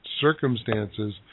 circumstances